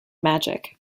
magic